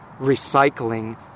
recycling